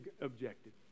objective